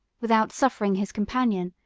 without suffering his companion,